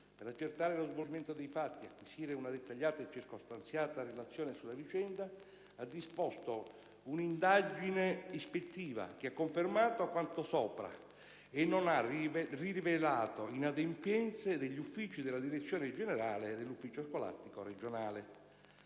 per accertare lo svolgimento dei fatti e acquisire una dettagliata e circostanziata relazione sulla vicenda, ha disposto una indagine ispettiva che ha confermato quanto sopra e non ha rilevato inadempienze degli uffici della Direzione generale dell'ufficio scolastico regionale.